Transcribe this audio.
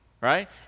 Right